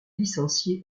licenciée